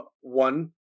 one